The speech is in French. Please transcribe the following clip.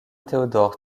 theodore